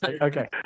Okay